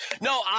no